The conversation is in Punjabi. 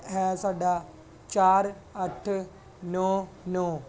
ਹੈ ਸਾਡਾ ਚਾਰ ਅੱਠ ਨੌਂ ਨੌਂ